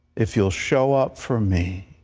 if you'll show up for me,